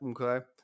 Okay